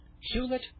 Hewlett